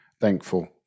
thankful